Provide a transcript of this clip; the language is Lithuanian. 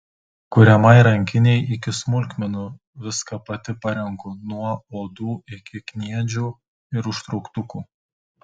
kuriamai rankinei iki smulkmenų viską pati parenku nuo odų iki kniedžių ir užtrauktukų